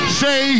say